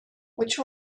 which